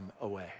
away